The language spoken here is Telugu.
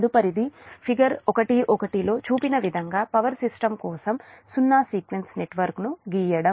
తదుపరిది ఫిగర్ 11 లో చూపిన విధంగా పవర్ సిస్టమ్ కోసం సున్నా సీక్వెన్స్ నెట్వర్క్ను గీయడం